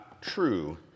true